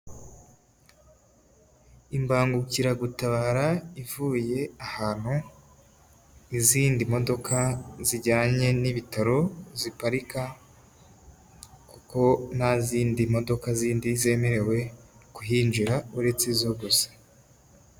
Imbangukiragutabara ivuye ahantu, izindi modoka zijyanye n'ibitaro ziparika kuko ntazindi modoka zindi zemerewe kuhinjira uretse zo gusa.